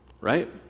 right